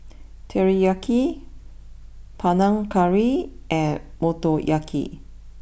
Teriyaki Panang Curry and Motoyaki